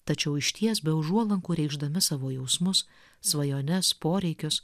tačiau išties be užuolankų reikšdami savo jausmus svajones poreikius